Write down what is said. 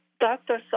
doctor